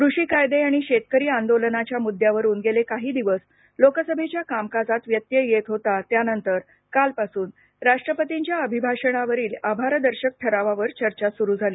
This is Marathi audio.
कृषी कायदे आणि शेतकरी आंदोलनाच्या मुद्द्यावरून गेले काही दिवस लोकसभेच्या कामकाजात व्यत्यय येत होता त्यानंतर कालपासून राष्ट्रपतींच्या अभिभाषणावरील आभारदर्शक ठरावावर चर्चा सुरू झाली